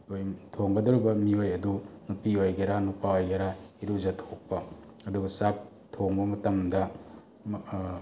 ꯑꯩꯈꯣꯏ ꯊꯣꯡꯒꯗꯧꯔꯤꯕ ꯃꯤꯑꯣꯏ ꯑꯗꯨ ꯅꯨꯄꯤ ꯑꯣꯏꯒꯦꯔ ꯅꯨꯄꯥ ꯑꯣꯏꯒꯦꯔ ꯏꯔꯨꯖꯊꯣꯛꯄ ꯑꯗꯨꯒ ꯆꯥꯛ ꯊꯣꯡꯕ ꯃꯇꯝꯗ